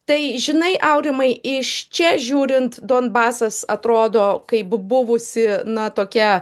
tai žinai aurimai iš čia žiūrint donbasas atrodo kai buvusi na tokia